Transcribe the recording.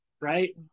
right